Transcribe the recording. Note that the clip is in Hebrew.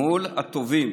מול הטובים,